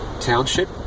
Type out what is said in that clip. Township